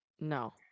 No